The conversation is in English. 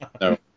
No